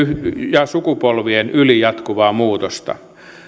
ja sukupolvien yli jatkuvaa muutosta